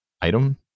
item